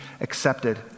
accepted